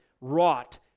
wrought